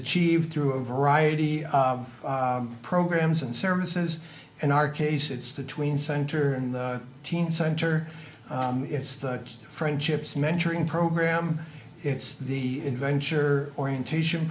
achieved through a variety of programs and services in our case it's the tween center and the teen center it's the friendships mentoring program it's the adventure orientation